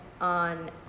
on